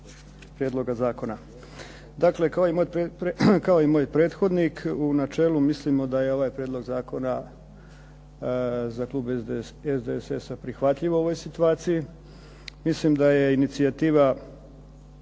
prijedloga zakona. Dakle, kao i moj prethodnik u načelu mislimo da je ovaj prijedlog zakona za klub SDSS-a prihvatljiv u ovoj situaciji. Mislim da je inicijativa